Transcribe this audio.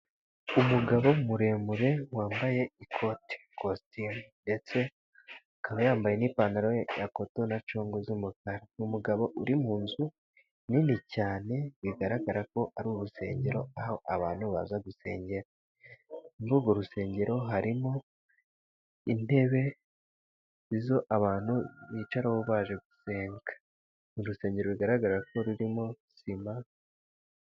Umugabo muremure wambaye ikoti, kosistimu, ndetse akaba yambaye n'ipantaro ya koto na congo z'umukara. ni umugabo uri mu nzu nini cyane bigaragarako ari urusengero aho abantu baza gusengera, muri urwo rusengero harimo intebe z'abantu bicaraho baje gusenga ,ni urusengero rugaragarako rurimo sima...